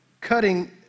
cutting